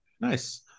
Nice